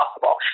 possible